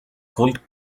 cold